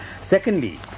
Secondly